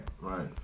Right